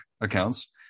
accounts